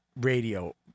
radio